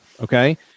Okay